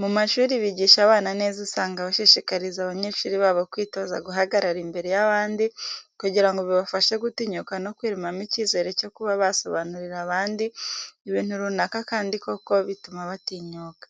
Mu mashuri bigisha abana neza usanga bashishikariza abanyeshuri babo kwitoza guhagarara imbere y'abandi kugira ngo bibafashe gutinyuka no kwiremamo icyizere cyo kuba basobanurira abandi ibintu runaka kandi koko bituma batinyuka,